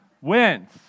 wins